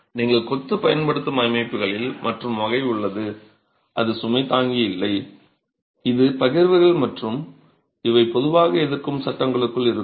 நீங்கள் கொத்து பயன்படுத்தப்படும் அமைப்புகளில் மற்றொரு வகை உள்ளது அது சுமை தாங்கி இல்லை இது பகிர்வுகள் மற்றும் இவை பொதுவாக எதிர்க்கும் சட்டங்களுக்குள் இருக்கும்